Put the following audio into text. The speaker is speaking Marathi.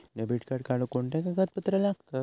डेबिट कार्ड काढुक कोणते कागदपत्र लागतत?